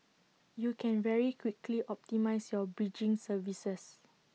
you can very quickly optimise your bridging services